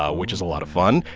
ah which is a lot of fun.